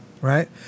right